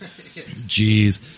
Jeez